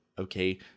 Okay